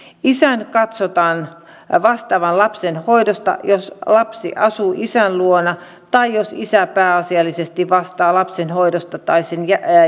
isän katsotaan vastaavan lapsen hoidosta jos lapsi asuu isän luona tai jos isä pääasiallisesti vastaa lapsen hoidosta tai sen